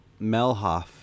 Melhoff